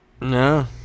No